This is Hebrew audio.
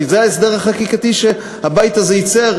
כי זה ההסדר החקיקתי שהבית הזה יצר,